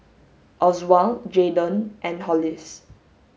Oswald Jaydon and Hollis